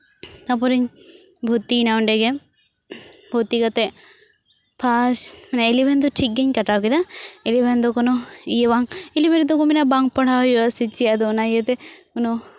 ᱛᱟᱨᱯᱚᱨᱮᱧ ᱵᱷᱚᱨᱛᱤᱭᱮᱱᱟ ᱚᱸᱰᱮᱜᱮ ᱵᱷᱚᱛᱛᱤ ᱠᱟᱛᱮᱫ ᱯᱷᱟᱥ ᱤᱞᱤᱵᱷᱮᱱ ᱫᱚ ᱴᱷᱤᱠ ᱜᱤᱧ ᱠᱟᱴᱟᱣ ᱠᱮᱫᱟ ᱤᱞᱤᱵᱷᱮᱱ ᱫᱚ ᱠᱳᱱᱳ ᱤᱭᱟᱹ ᱵᱟᱝ ᱤᱞᱤᱵᱷᱮᱱ ᱨᱮᱫᱚ ᱠᱚ ᱢᱮᱱᱟ ᱵᱟᱝ ᱯᱟᱲᱦᱟᱣ ᱦᱩᱭᱩᱜᱼᱟ ᱥᱮ ᱪᱮᱫ ᱤᱭᱟᱹᱛᱮ